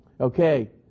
Okay